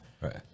right